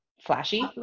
flashy